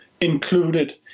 included